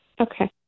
Okay